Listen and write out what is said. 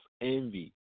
envy